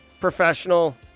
professional